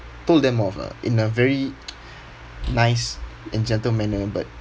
told them off lah in a very nice and gentle manner but